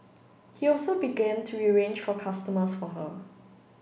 he also begin to arrange for customers for her